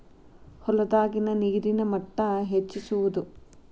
ಹೊಲದಾಗಿನ ನೇರಿನ ಮಟ್ಟಾ ಹೆಚ್ಚಿಸುವದು